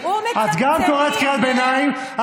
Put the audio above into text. את גם קוראת קריאת ביניים,